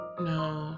no